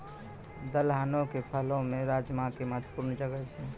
दलहनो के फसलो मे राजमा के महत्वपूर्ण जगह छै